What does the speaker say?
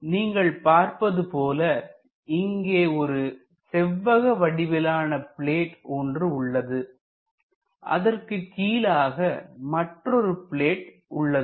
நீங்கள் பார்ப்பதுபோல இங்கே ஒரு செவ்வக வடிவிலான பிளேட் ஒன்று உள்ளது அதற்கு கீழாக மற்றொரு பிளேட் உள்ளது